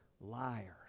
liars